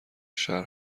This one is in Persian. شهر